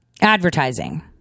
Advertising